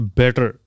better